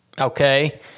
okay